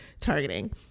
targeting